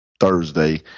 Thursday